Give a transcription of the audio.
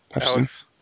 Alex